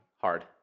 hard